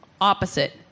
opposite